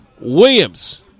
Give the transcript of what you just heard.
Williams